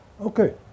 okay